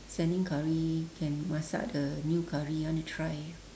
sending curry can masak the new curry I want to try